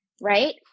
right